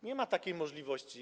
Nie ma takiej możliwości.